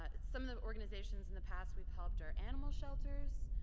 ah some of the organizations in the past we've helped are animal shelters,